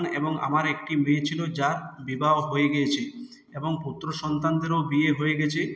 এবং আমার একটি মেয়ে ছিল যার বিবাহ হয়ে গিয়েছে এবং পুত্রসন্তানদেরও বিয়ে হয়ে গেছে